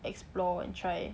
explore and try